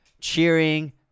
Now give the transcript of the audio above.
cheering